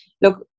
look